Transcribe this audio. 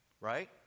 right